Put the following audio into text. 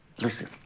Listen